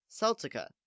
Celtica